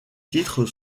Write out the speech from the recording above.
titres